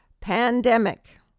Pandemic